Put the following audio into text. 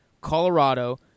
Colorado